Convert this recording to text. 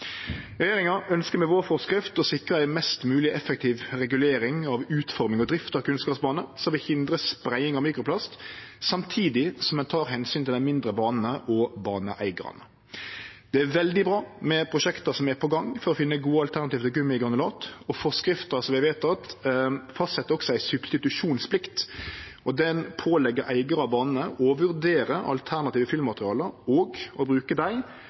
Regjeringa ønskjer med forskrifta vår å sikre ei mest mogleg effektiv regulering av utforming og drift av kunstgrasbaner som vil hindre spreiing av mikroplast, samtidig som ein tek omsyn til dei mindre banene og baneeigarane. Det er veldig bra med prosjekta som no er på gang for å finne gode alternativ til gummigranulat. Forskrifta som vi har vedteke, fastset også ei substitusjonsplikt. Den pålegg eigarar av banene å vurdere alternative fyllmateriale og å bruke dei